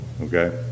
okay